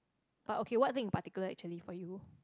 but okay what thing in particular actually for you